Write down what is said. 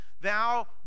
thou